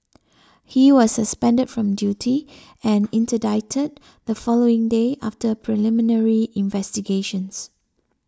he was suspended from duty and interdicted the following day after preliminary investigations